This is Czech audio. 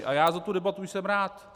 A já za tu debatu jsem rád.